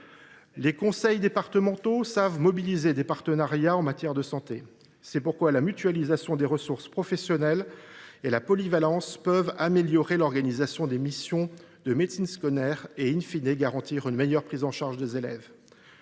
Les conseils départementaux savent mobiliser des partenariats en matière de santé. C’est pourquoi la mutualisation des ressources professionnelles et la polyvalence peuvent améliorer l’organisation des missions de médecine scolaire et,, garantir une meilleure prise en charge des élèves.